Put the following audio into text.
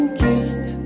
kissed